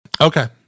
Okay